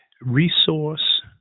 resource